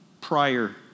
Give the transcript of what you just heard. prior